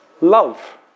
Love